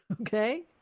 Okay